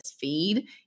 feed